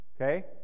Okay